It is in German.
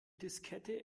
diskette